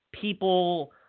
people